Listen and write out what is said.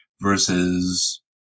versus